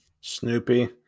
Snoopy